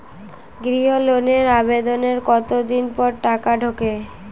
গৃহ লোনের আবেদনের কতদিন পর টাকা ঢোকে?